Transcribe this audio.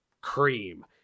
Cream